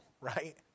right